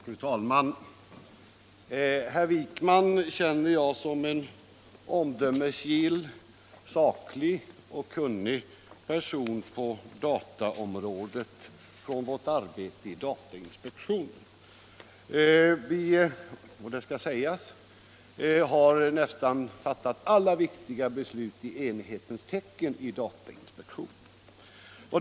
Fru talman! Herr Wijkman känner jag som en omdömesgill, saklig och kunnig person på dataområdet från vårt arbete i datainspektionen. Vi har — det skall sägas —- i datainspektionen fattat nästan alla viktiga beslut i enighetens .tecken.